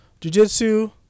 jujitsu